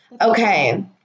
okay